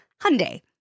Hyundai